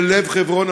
בלב חברון,